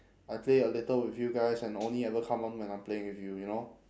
I play a little with you guys and only ever come on when I'm playing with you you know